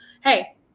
hey